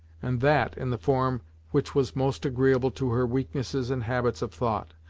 and that in the form which was most agreeable to her weaknesses and habits of thought.